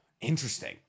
Interesting